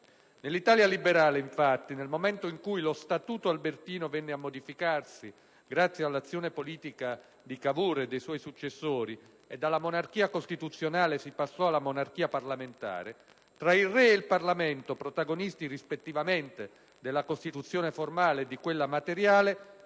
Nell'Italia liberale, infatti, nel momento in cui lo Statuto albertino venne a modificarsi grazie all'azione politica di Cavour e dei suoi successori, e dalla monarchia costituzionale si passò alla monarchia parlamentare, tra il re e il Parlamento, protagonisti rispettivamente della Costituzione formale e di quella materiale,